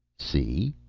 see?